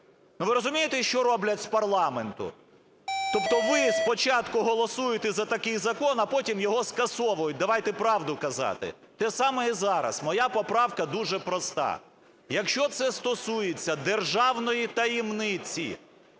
ви розумієте, що роблять з парламенту? Тобто ви спочатку голосуєте за такий закон, а потім його скасовують! Давайте правду казати. Те саме і зараз. Моя поправка дуже проста: якщо це стосується державної таємниці